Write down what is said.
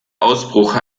ausbruch